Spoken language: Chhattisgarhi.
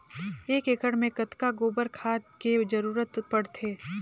एक एकड़ मे कतका गोबर खाद के जरूरत पड़थे?